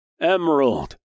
Emerald